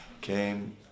came